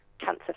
cancer